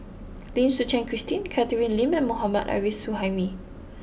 Lim Suchen Christine Catherine Lim and Mohammad Arif Suhaimi